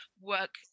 work